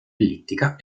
ellittica